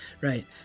Right